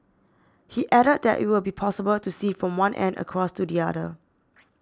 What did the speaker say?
he added that it will be possible to see from one end across to the other